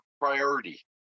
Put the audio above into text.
priority